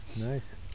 nice